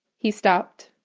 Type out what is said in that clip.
he stopt.